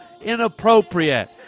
inappropriate